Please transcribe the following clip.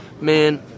man